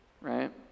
right